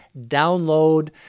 Download